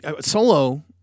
Solo